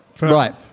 Right